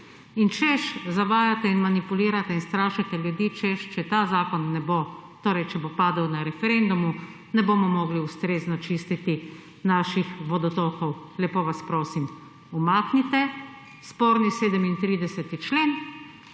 In zavajate in manipulirate in strašite ljudi, češ, če ta zakon ne bo sprejet, torej če bo padel na referendumu, ne bomo mogli ustrezno čistiti naših vodotokov. Lepo vas prosim! Umaknite sporni 37. člen